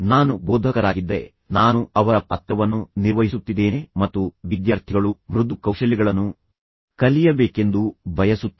ನಾನು ಬೋಧಕರಾಗಿದ್ದರೆ ನಾನು ಅವರ ಪಾತ್ರವನ್ನು ನಿರ್ವಹಿಸುತ್ತಿದ್ದೇನೆ ಮತ್ತು ವಿದ್ಯಾರ್ಥಿಗಳು ಮೃದು ಕೌಶಲ್ಯಗಳನ್ನು ಕಲಿಯಬೇಕೆಂದು ಬಯಸುತ್ತೇನೆ